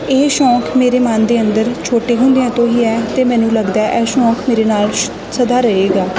ਇਹ ਸ਼ੌਂਕ ਮੇਰੇ ਮਨ ਦੇ ਅੰਦਰ ਛੋਟੇ ਹੁੰਦਿਆਂ ਤੋਂ ਹੀ ਹੈ ਅਤੇ ਮੈਨੂੰ ਲੱਗਦਾ ਇਹ ਸ਼ੌਂਕ ਮੇਰੇ ਨਾਲ ਸ਼ ਸਦਾ ਰਹੇਗਾ